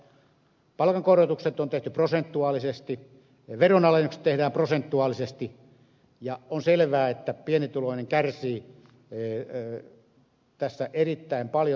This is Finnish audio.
palkankorotukset on tehty prosentuaalisesti ja veronalennukset tehdään prosentuaalisesti ja on selvää että pienituloinen kärsii tässä erittäin paljon